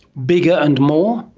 bigger and more?